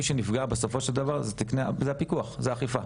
מי שנפגע בסופו של דבר אלו תקני פיקוח ותקני אכיפה,